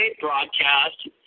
broadcast